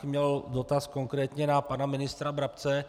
Měl bych dotaz konkrétně na pana ministra Brabce.